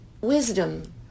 wisdom